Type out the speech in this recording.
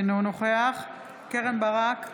אינו נוכח קרן ברק,